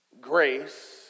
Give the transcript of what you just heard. grace